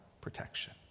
protection